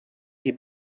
les